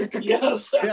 Yes